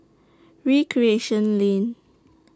Recreation Lane